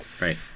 Right